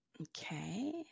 Okay